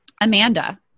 Amanda